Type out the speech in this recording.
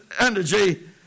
energy